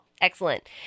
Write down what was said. Excellent